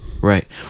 Right